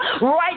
Right